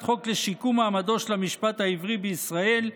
חוק לשיקום מעמדו של המשפט העברי בישראל,